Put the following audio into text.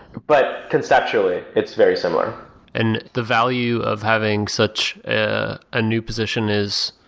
but conceptually it's very similar and the value of having such a a new position is?